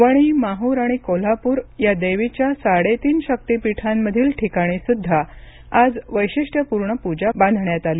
वणी माहूर आणि कोल्हापूर या देवीच्या साडेतीन शक्तीपीठांमधील ठिकाणीसुद्धा आज वैशिष्ट्यपूर्ण पूजा बांधण्यात आली